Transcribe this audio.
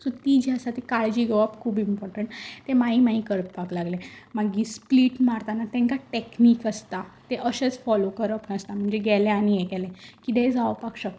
so ती जी आसा ती काळजी घेवप खूब इमपोर्टंट ते मागीर मागीर कळपाक लागलें मागीर स्प्लीट मारतना तेंकां टॅक्नीक आसता तें अशेंच फोलो करप नासता म्हणजे गेलें आनी हें केलें कितेंय जावपाक शकता